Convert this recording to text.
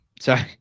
sorry